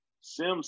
Sims